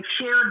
shared